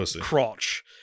crotch